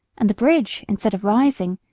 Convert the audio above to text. and the bridge, instead of rising,